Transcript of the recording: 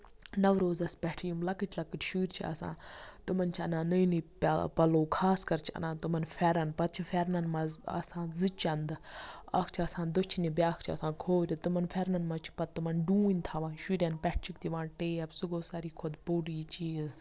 نوروزَس پٮ۪ٹھ یِم لۄکٕٹۍ لۄکٕٹۍ شُرۍ چھِ آسان تَمن چھِ اَنان نٔے نٔے پَلو خاص کر چھِ اَنان تٕمن پھیرن پَتہٕ چھُ پھیرنن منٛز آسان زٕ چَندٕ اکھ چھُ آسان دٔچھنہِ بیاکھ چھُ آسان کھوورِ تِمن پھیرنن منٛز چھُ پَتہٕ تِمَن ڈوٗنۍ تھاوان شُرٮ۪ن پٮ۪ٹھٕ چھِکھ دِوان ٹیب سُہ گوٚو ساروی کھۄتہٕ بوٚڑ یہِ چیٖز